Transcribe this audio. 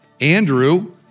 Andrew